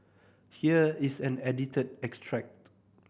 here is an edited extract